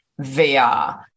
VR